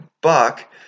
buck